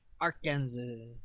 Arkansas